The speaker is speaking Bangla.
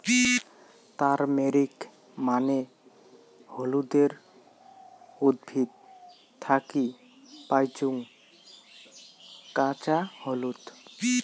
তারমেরিক মানে হলুদের উদ্ভিদ থাকি পাইচুঙ কাঁচা হলুদ